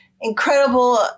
Incredible